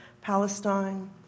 Palestine